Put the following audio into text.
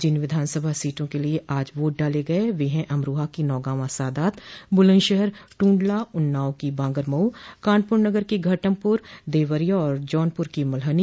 जिन विधानसभा सीटों के लिये आज वोट डाले गये वे है अमरोहा की नौगांवा सादात बुलन्दशहर टूडला उन्नाव की बांगरमऊ कानपुर नगर की घाटमपुर देवरिया और जौनपुर की मल्हनी